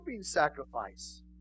sacrifice